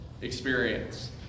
experience